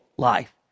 life